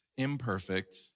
imperfect